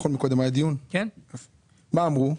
מה אמרו?